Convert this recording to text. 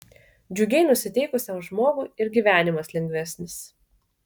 džiugiai nusiteikusiam žmogui ir gyvenimas lengvesnis